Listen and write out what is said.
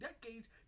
decades